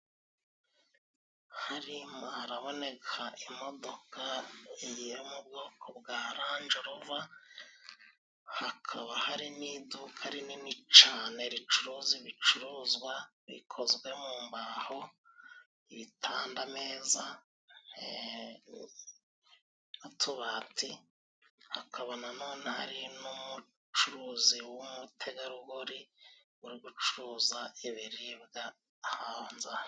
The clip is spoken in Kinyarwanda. Harimo haraboneka imodoka yo mu bwoko bwa ranjelova hakaba hari n'iduka rinini cane ricuruza ibicuruzwa bikozwe mu mbaho : ibitanda, ameza n'utubati, hakaba na none hari n'umucuruzi w'umutegarugori uri gucuruza ibiribwa ahabanza.